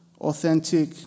authentic